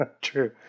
True